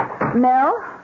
Mel